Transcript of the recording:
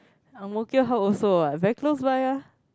Ang-Mo-Kio hub also what very close by ah